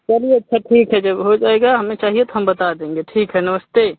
चलिए अच्छा ठीक है जब हो जाएगा हमें चाहिए तो हम बता देंगे ठीक है नमस्ते